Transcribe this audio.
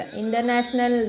international